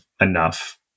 enough